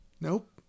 nope